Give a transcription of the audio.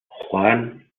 juan